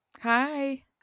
Hi